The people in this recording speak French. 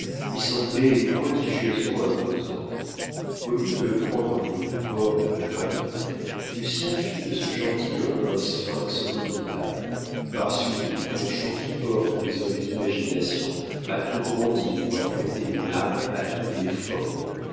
lui semblait prodigieusement imposant au lieu de le prendre pour une borne de granit lucien fit de ce gentilhomme un sphinx redoutable par suite du penchant qui porte les hommes d'imagination à tout grandir ou à prêter une âme à toutes les formes